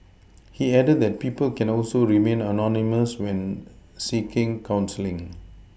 he added that people can also remain anonymous when seeking counselling